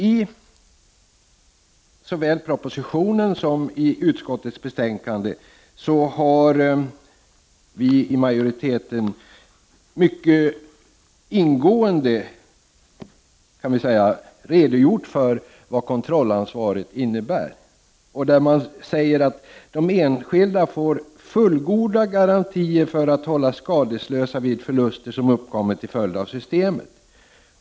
I såväl propositionen som utskottets betänkande har vi från majoriteten mycket ingående redogjort för vad kontrollansvaret innebär. De enskilda får fullgoda garantier för att hållas skadeslösa vid förluster som uppkommer till följd av systemet.